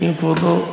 כבודו,